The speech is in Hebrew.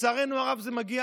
ולצערנו הרב זה מגיע,